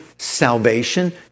salvation